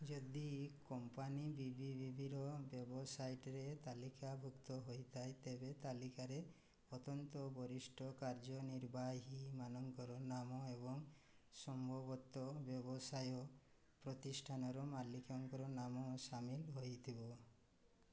ଯଦି କମ୍ପାନୀ ବିବିବିର ୱେବସାଇଟରେ ତାଲିକାଭୁକ୍ତ ହେଇଥାଏ ତେବେ ତାଲିକାରେ ଅନ୍ତତଃ ବରିଷ୍ଠ କାର୍ଯ୍ୟନିର୍ବାହୀମାନଙ୍କର ନାମ ଏବଂ ସମ୍ଭବତଃ ବ୍ୟବସାୟ ପ୍ରତିଷ୍ଠାନର ମାଲିକଙ୍କର ନାମ ସାମିଲ ହେଇଥିବ